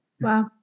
Wow